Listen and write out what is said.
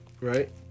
right